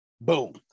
Boom